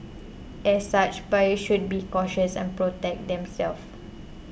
as such buyers should be cautious and protect them self